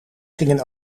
gingen